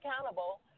accountable